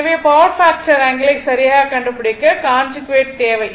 எனவே power factor ஆங்கிளை சரியாக கண்டுபிடிக்க கான்ஜுகேட் தேவை